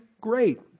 Great